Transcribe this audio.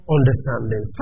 understanding